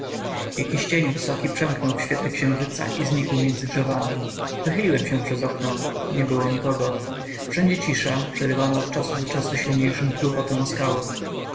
jakiś cień wysoki przemknął w świetle księżyca i znikł między drzewami wychyliłem się przez okno nie było nikogo wszędzie cisza przerywana od czasu do czasu silniejszym chlupotem o skały